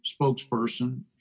spokesperson